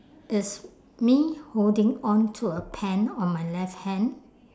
it's me holding on to a pen on my left hand